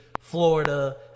Florida